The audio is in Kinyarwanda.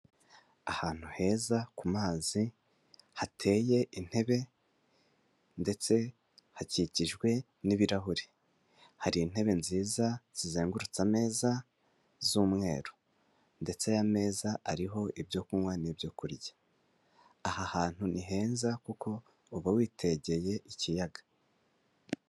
Ahantu heza ku mazi hateye intebe ndetse hakikijwe n'ibirahuri hari intebe nziza zizengurutse ameza z'umweru ndetse aya meza ariho ibyo kunywa n'ibyo kurya aha hantu ni heza kuko uba witegeye ikiyaga.